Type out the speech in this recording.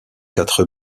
quatre